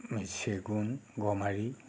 চেগুন গমাৰি